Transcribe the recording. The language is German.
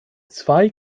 zwei